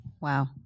Wow